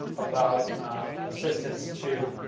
about assistance to